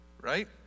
right